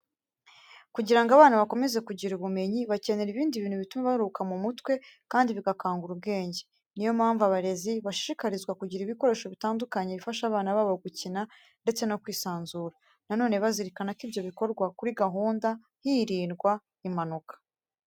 Kugira ngo abana bakomeze kugira ubumenyi, bakenera ibindi bintu bituma baruhuka mu mutwe kandi bigakangura ubwenge. Ni yo mpamvu abarezi, bashishikarizwa kugira ibikoresho bitandukanye bifasha abana babo gukina ndetse no kwisanzura. Na none bazirikana ko ibyo bikorwa kuri gahunda hirindwa impanuka.